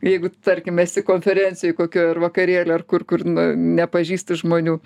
jeigu tarkim esi konferencijoj kokioj ar vakarėly ar kur kur nu nepažįsti žmonių